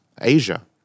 Asia